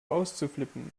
auszuflippen